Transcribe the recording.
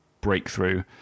breakthrough